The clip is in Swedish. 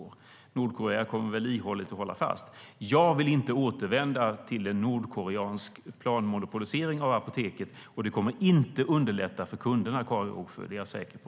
Nordkorea kommer väl ihärdigt att hålla fast vid detta. Jag vill inte återvända till en nordkoreansk planmonopolisering av apoteken. Det kommer inte att underlätta för kunderna, Karin Rågsjö, det är jag säker på.